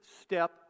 step